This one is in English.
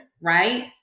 right